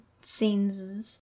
scenes